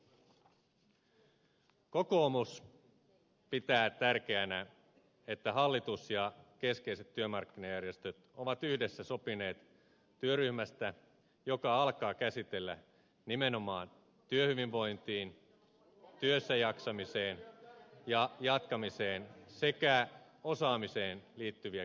kokoomus pitää tärkeänä että hallitus ja keskeiset työmarkkinajärjestöt ovat yhdessä sopineet työryhmästä joka alkaa käsitellä nimenomaan työhyvinvointiin työssäjaksamiseen ja työssä jatkamiseen sekä osaamiseen liittyviä kysymyksiä